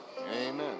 Amen